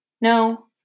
No